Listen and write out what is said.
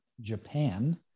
Japan